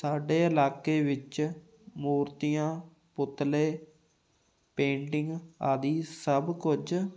ਸਾਡੇ ਇਲਾਕੇ ਵਿੱਚ ਮੂਰਤੀਆਂ ਪੁਤਲੇ ਪੇਂਟਿੰਗ ਆਦਿ ਸਭ ਕੁਝ